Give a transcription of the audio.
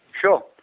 sure